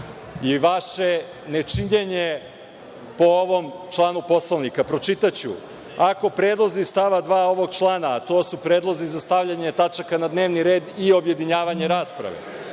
i vaše nečinjenje po ovom članu Poslovnika. Pročitaću - ako predlozi iz stava 2. ovog člana, a to su predlozi za stavljanje tačaka na dnevni red i objedinjavanje rasprave,